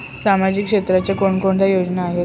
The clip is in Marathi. सामाजिक क्षेत्राच्या कोणकोणत्या योजना आहेत?